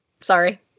Sorry